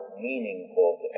meaningful